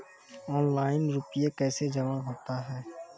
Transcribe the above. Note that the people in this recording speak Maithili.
ऑनलाइन रुपये कैसे जमा होता हैं?